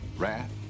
Wrath